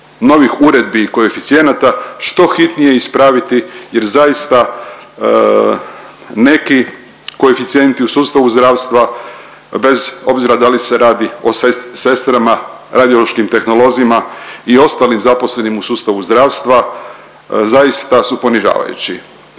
novih uredbi i koeficijenata što hitnije ispraviti jer zaista neki koeficijenti u sustavu zdravstva bez obzira da li se radi o sestrama, radiološkim tehnolozima i ostalim zaposlenim u sustavu zdravstva, zaista su ponižavajući.